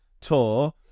tour